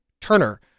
Turner